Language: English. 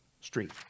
Street